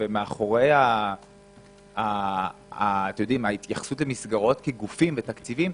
ומאחורי ההתייחסות למסגרות כגופים ותקציבים,